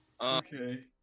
Okay